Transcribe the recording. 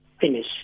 finish